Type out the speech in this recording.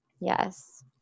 Yes